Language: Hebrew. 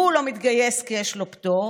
הוא לא מתגייס כי יש לו פטור,